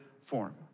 form